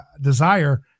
desire